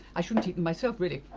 i shouldn't eat them myself, really! oh